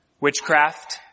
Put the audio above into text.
witchcraft